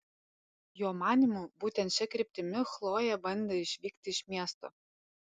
jo manymu būtent šia kryptimi chlojė bandė išvykti iš miesto